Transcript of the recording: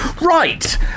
right